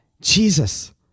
Jesus